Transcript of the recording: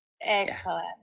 Excellent